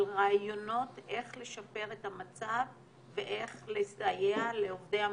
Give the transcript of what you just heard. רעיונות איך לשפר את המצב ואיך לסייע לעובדי המעבדה.